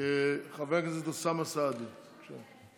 חבר הכנסת אוסאמה סעדי, בבקשה.